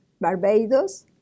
Barbados